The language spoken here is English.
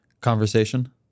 conversation